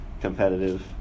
competitive